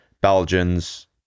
Belgians